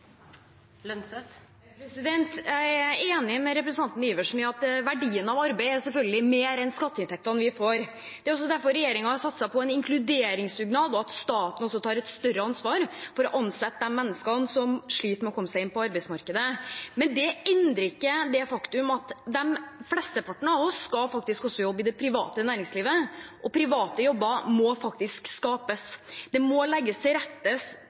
Jeg er enig med representanten Sivertsen i at verdien av arbeid selvfølgelig er mer enn skatteinntektene vi får. Det er også derfor regjeringen har satset på en inkluderingsdugnad og at staten tar et større ansvar for å ansette de menneskene som sliter med å komme seg inn på arbeidsmarkedet. Men det endrer ikke det faktum at flesteparten av oss også skal jobbe i det private næringslivet, og private jobber må faktisk skapes. Det må legges til rette